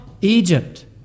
Egypt